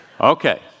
okay